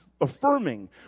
affirming